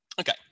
okay